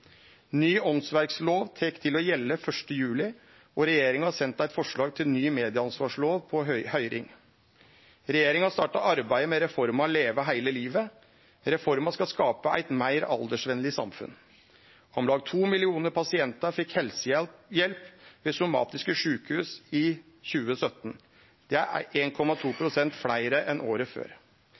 Ny åndsverklov tok til å gjelde 1. juli, og regjeringa har sendt eit forslag til ny medieansvarslov på høyring. Regjeringa har starta arbeidet med reforma Leve hele livet. Reforma skal skape eit meir aldersvenleg samfunn. Om lag to millionar pasientar fekk helsehjelp ved somatiske sjukehus i 2017. Det er 1,2 pst. fleire enn året før.